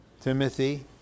Timothy